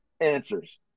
answers